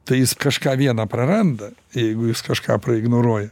tai jis kažką vieną praranda jeigu jis kažką pro ignoruoj